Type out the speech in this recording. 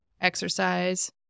exercise